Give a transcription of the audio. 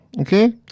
Okay